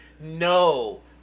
no